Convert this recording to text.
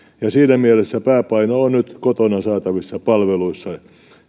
ja siinä mielessä pääpaino on nyt kotona saatavissa palveluissa